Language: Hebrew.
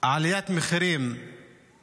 עליית מחירים וגם